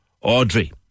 Audrey